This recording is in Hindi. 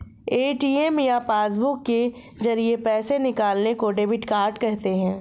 ए.टी.एम या पासबुक के जरिये पैसे निकालने को डेबिट कहते हैं